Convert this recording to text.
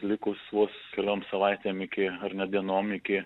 likus vos keliom savaitėm iki ar net dienom iki